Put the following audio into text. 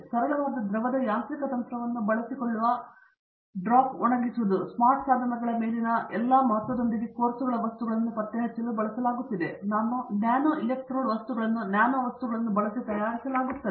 ಸರಳವಾದ ದ್ರವದ ಯಾಂತ್ರಿಕ ತಂತ್ರವನ್ನು ಬಳಸಿಕೊಳ್ಳುವ ಡ್ರಾಪ್ ಒಣಗಿಸುವುದು ಸ್ಮಾರ್ಟ್ ಸಾಧನಗಳ ಮೇಲಿನ ಎಲ್ಲಾ ಮಹತ್ವದೊಂದಿಗೆ ಕೋರ್ಸ್ಗಳ ವಸ್ತುಗಳನ್ನು ಪತ್ತೆಹಚ್ಚಲು ಬಳಸಲಾಗುತ್ತಿದೆ ನಾನೊ ಎಲೆಕ್ಟ್ರೋಡ್ ವಸ್ತುಗಳನ್ನು ನ್ಯಾನೋ ವಸ್ತುಗಳನ್ನು ಬಳಸಿ ತಯಾರಿಸಲಾಗುತ್ತಿದೆ